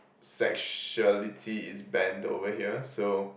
sexuality is banned over here so